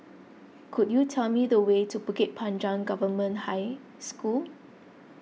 could you tell me the way to Bukit Panjang Government High School